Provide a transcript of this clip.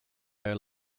air